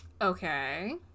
Okay